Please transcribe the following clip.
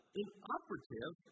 inoperative